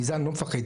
מזה אני לא מפחד.